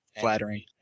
Flattering